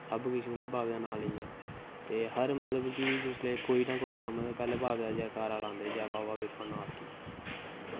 बाबे दैा नांऽ लेईयै हर मतलव की जिसलै पैह्लैं बाबे दा जैकारा लांदे जय बाबा बिरपानाथ की